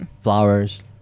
Flowers